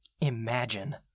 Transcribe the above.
imagine